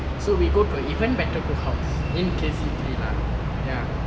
so we go to a even better cookhouse in K_C three lah ya